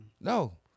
No